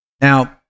Now